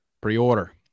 Pre-order